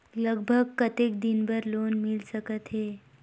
लगभग कतेक दिन बार लोन मिल सकत हे?